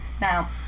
Now